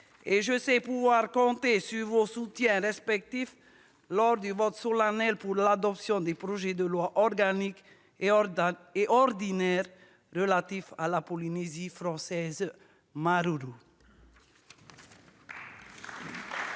Je sais pouvoir compter sur vos soutiens respectifs lors du vote solennel pour l'adoption du projet de loi organique et du projet de loi ordinaire relatifs à la Polynésie française.